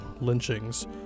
lynchings